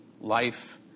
life